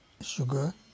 sugar